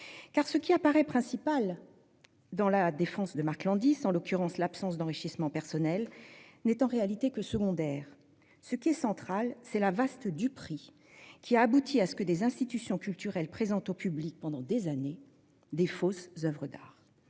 Car ce qui apparaît principal dans la défense de Mark A. Landis, en l'occurrence l'absence d'enrichissement personnel, n'est en réalité que secondaire ; ce qui est central, c'est la vaste duperie qui a abouti à ce que des institutions culturelles présentent au public pendant des années de fausses oeuvres d'art.